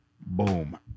Boom